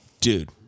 Dude